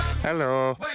Hello